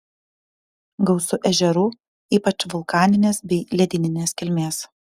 gausu ežerų ypač vulkaninės bei ledyninės kilmės